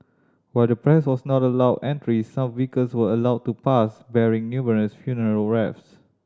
while the press was not allowed entry some vehicles were allowed to pass bearing numerous funeral wreaths